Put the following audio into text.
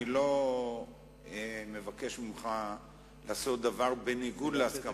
אני לא מבקש ממך לעשות דבר בניגוד להסכמתך,